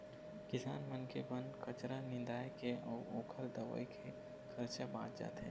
किसान मन के बन कचरा निंदाए के अउ ओखर दवई के खरचा बाच जाथे